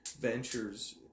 ventures